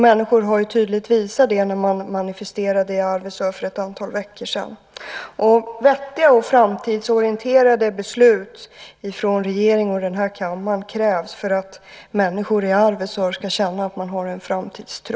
Människorna har tydligt visat det när de manifesterade i Arvidsjaur för ett antal veckor sedan. Vettiga och framtidsorienterade beslut från regeringen och denna kammare krävs för att människorna i Arvidsjaur ska kunna ha framtidstro.